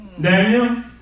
Daniel